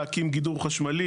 להקים גידור חשמלי,